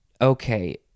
okay